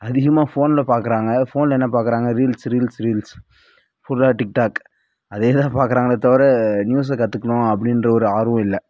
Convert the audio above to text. அதிகமாக ஃபோனில் பார்க்குறாங்க ஃபோனில் என்ன பார்க்குறாங்க ரீல்ஸ் ரீல்ஸ் ரீல்ஸ் ஃபுல்லா டிக்டாக் அதே தான் பார்க்குறாங்களே தவிர நியூஸை கற்றுக்கணும் அப்படின்ற ஒரு ஆர்வம் இல்லை